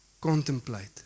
contemplate